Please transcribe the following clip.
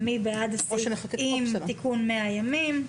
מי בעד הסעיף עם תיקון 100 ימים?